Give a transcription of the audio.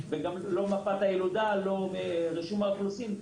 גם לא מפת הילודה או רישום האוכלוסין.